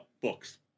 books